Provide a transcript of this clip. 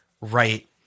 right